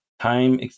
time